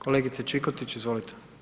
Kolegice Čikotić, izvolite.